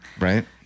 Right